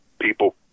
people